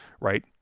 right